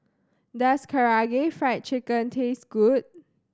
does Karaage Fried Chicken taste good